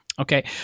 okay